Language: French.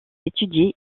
étudié